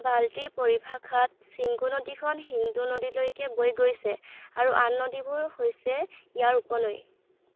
বাল্টিৰ পৰিভাষাত শ্বিংগো নদীখন সিন্ধু নদীলৈকে বৈ গৈছে আৰু আন নদীবোৰ হৈছে ইয়াৰ উপনৈ